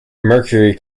mercury